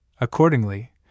accordingly